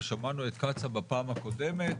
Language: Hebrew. ושמענו את קצא"א בפעם הקודמת.